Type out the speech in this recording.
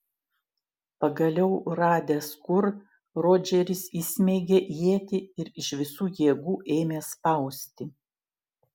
pagaliau radęs kur rodžeris įsmeigė ietį ir iš visų jėgų ėmė spausti